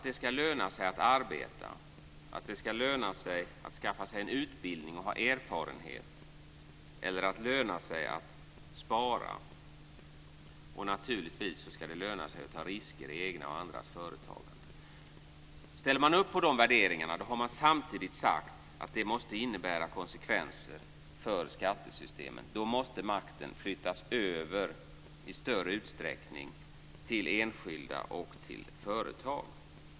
Det ska löna sig att arbeta, att skaffa sig en utbildning och ha erfarenhet, att spara och naturligtvis att ta risker i egna och andras företagande. Ställer man upp på de värderingarna har man samtidigt sagt att det måste innebära konsekvenser för skattesystemet. Då måste makten i större utsträckning flyttas över till enskilda och till företag.